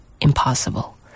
impossible